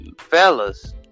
Fellas